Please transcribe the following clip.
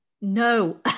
no